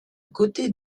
côté